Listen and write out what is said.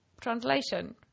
translation